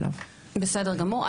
בסדר גמור.